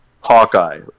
Hawkeye